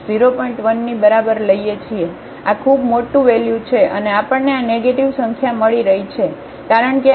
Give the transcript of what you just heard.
1 ની બરાબર લઈએ છીએ આ ખૂબ મોટું વેલ્યુ છે અને આપણને આ નેગેટીવ સંખ્યા મળી રહી છે કારણ કે આ આ h 0